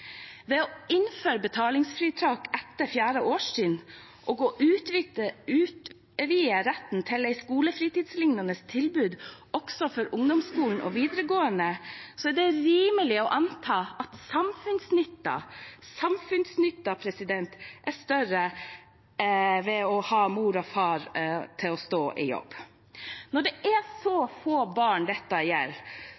Ved å innføre betalingsfritak etter 4. årstrinn og utvide retten til et skolefritidslignende tilbud også på ungdomsskolen og i videregående opplæring er det rimelig å anta at samfunnsnytten er større ved at mor/far kan stå i jobb. Når det er så